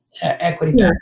equity